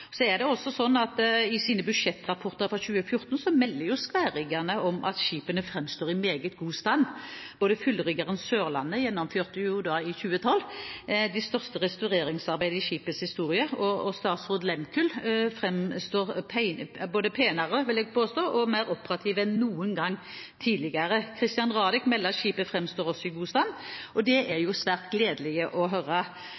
Så er det også slik at i sine budsjettrapporter for 2014 melder skværriggerne at skipene framstår i meget god stand. Fullriggeren «Sørlandet» gjennomførte i 2012 det største restaureringsarbeidet i skipets historie, og «Statsraad Lehmkuhl» framstår både penere, vil jeg påstå, og mer operativ enn noen gang tidligere. «Christian Radich» melder at skipet også framstår i god stand. Dette er svært gledelig å høre.